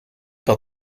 par